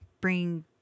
bring